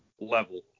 level